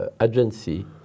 agency